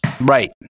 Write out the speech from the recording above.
Right